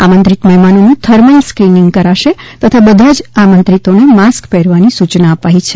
આમંત્રીત મહેમાનોનું thermal screening કરાશે તથા બધા જ આમંત્રીતોને માસ્ક પહેરવાની સુચના અપાઇ છે